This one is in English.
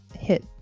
hit